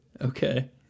Okay